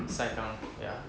sai kang ya